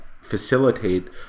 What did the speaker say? facilitate